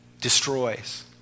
destroys